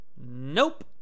nope